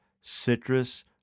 citrus